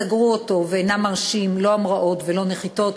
סגרה אותו ואינה מרשה לא המראות ולא נחיתות,